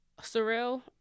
surreal